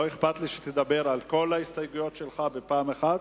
לא אכפת לי שתדבר על כל ההסתייגויות שלך בפעם אחת,